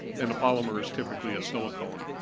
and the polymer is typically a silicone.